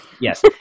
Yes